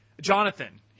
Jonathan